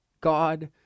God